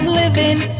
living